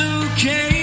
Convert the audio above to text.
okay